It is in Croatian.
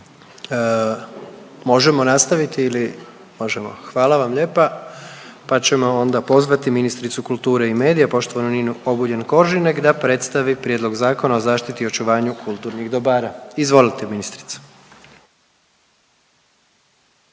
Možemo nastaviti ili? Možemo. Hvala vam lijepa, pa ćemo onda pozvati ministricu kulture i medija poštovanu Ninu Obuljen Koržinek da predstavi Prijedlog zakona o zaštiti i očuvanju kulturnih dobara. Izvolite ministrice.